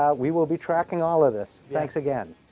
ah we will be tracking all of this thanks again